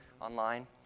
Online